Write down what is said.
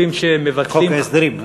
חוק ההסדרים.